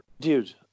Dude